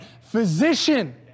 physician